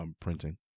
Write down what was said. printing